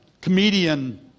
comedian